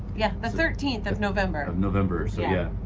yeah, the thirteenth of november. of november, so yeah.